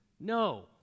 No